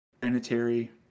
planetary